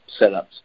setups